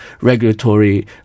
regulatory